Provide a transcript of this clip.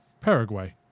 Paraguay